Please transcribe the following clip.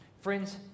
Friends